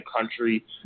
country